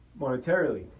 Monetarily